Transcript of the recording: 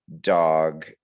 dog